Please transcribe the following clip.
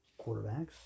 quarterbacks